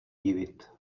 divit